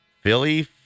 Philly